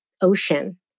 ocean